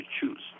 choose